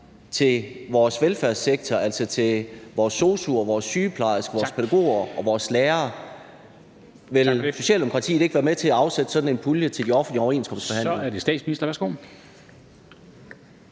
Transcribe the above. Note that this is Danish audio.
vores velfærdssektor, altså vores sosu'er, vores sygeplejersker, vores pædagoger og vores lærere. Vil Socialdemokratiet ikke være med til at afsætte sådan en pulje til de offentlige overenskomstforhandlinger?